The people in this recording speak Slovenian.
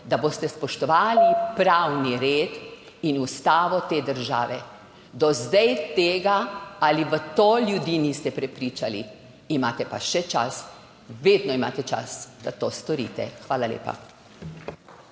da boste spoštovali pravni red in ustavo te države. Do zdaj tega ali v to ljudi niste prepričali. Imate pa še čas, vedno imate čas, da to storite. Hvala lepa.